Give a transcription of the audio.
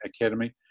academy